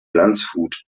landshut